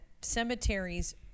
cemeteries